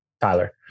Tyler